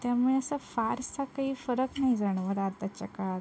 त्यामुळे असा फारसा काही फरक नाही जाणवत आताच्या काळात